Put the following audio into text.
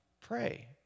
pray